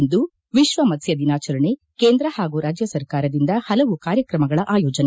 ಇಂದು ವಿಶ್ವ ಮತ್ತ್ವ ದಿನಾಚರಣೆ ಕೇಂದ್ರ ಹಾಗೂ ರಾಜ್ಯ ಸರ್ಕಾರದಿಂದ ಹಲವು ಕಾರ್ಯಕ್ರಮಗಳ ಆಯೋಜನೆ